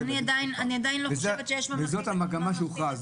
זו המגמה שהוכרזה,